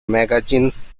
magazines